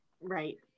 Right